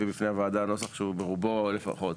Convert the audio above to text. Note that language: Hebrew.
בפני הוועדה נוסח שהוא ברובו לפחות,